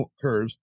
curves